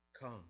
come